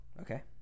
Okay